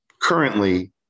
currently